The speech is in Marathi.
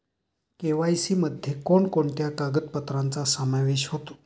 के.वाय.सी मध्ये कोणकोणत्या कागदपत्रांचा समावेश होतो?